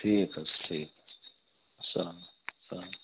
ٹھیٖک حظ چھِ ٹھیٖک اسلامُ علیکُم